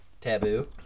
taboo